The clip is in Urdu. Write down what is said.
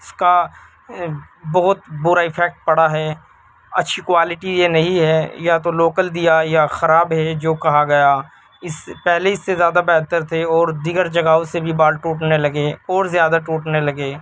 اس کا بہت برا افیکٹ پڑا ہے اچّھی کوالیٹی یہ نہیں ہے یا تو لوکل دیا یا خراب ہے جو کہا گیا اس پہلے اس سے زیادہ بہتر تھے اور دیگر جگہوں سے بھی بال ٹوٹنے لگے اور زیادہ ٹوٹنے لگے